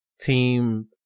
team